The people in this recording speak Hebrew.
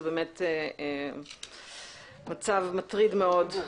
זה באמת מצב מטריד מאוד,